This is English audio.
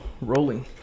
rolling